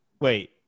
wait